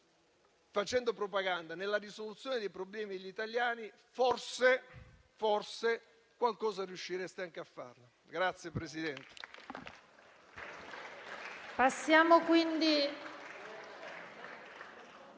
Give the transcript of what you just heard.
facendo propaganda nella risoluzione dei problemi degli italiani, forse qualcosa riuscireste anche a fare.